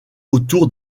autour